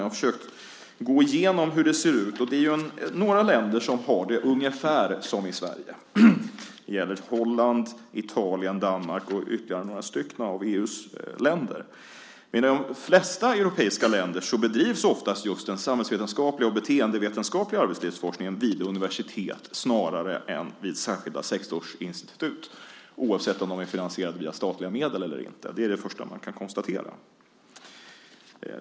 Jag har försökt gå igenom hur det ser ut, och i några länder fungerar det ungefär som i Sverige. Det gäller Holland, Italien, Danmark och ytterligare några EU-länder. Men i de flesta europeiska länder bedrivs ofta just den samhällsvetenskapliga och den beteendevetenskapliga arbetslivsforskningen vid universitet snarare än vid särskilda sektorsinstitut, oavsett om de är finansierade via statliga medel eller inte. Det kan man konstatera.